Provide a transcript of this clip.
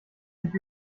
sich